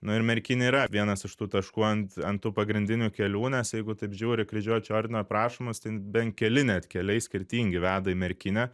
nu ir merkinė yra vienas iš tų taškų ant ant tų pagrindinių kelių nes jeigu taip žiūri kryžiuočių ordino aprašomus ten bent keli net keliai skirtingi veda į merkinę